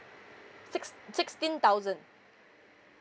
six sixteen thousand